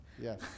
Yes